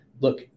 Look